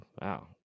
Wow